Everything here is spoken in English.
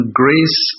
grace